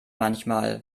manchmal